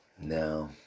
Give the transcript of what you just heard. No